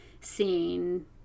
seeing